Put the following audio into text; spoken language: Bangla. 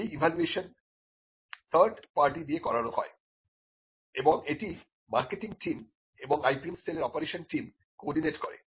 এই ইভালুয়েশন টি থার্ড পার্টি দিয়ে করানো হয় এবং এটি মার্কেটিং টিম এবং IPM সেলের অপারেশন টিম কোঅর্ডিনেট করে